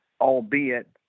albeit